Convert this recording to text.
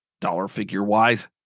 dollar-figure-wise